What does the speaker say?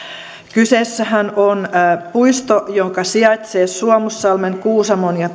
kyseessähän on puisto joka sijaitsee suomussalmen kuusamon ja